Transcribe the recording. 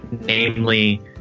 namely